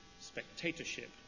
Spectatorship